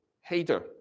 hater